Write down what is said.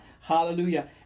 Hallelujah